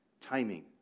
Timing